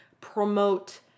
promote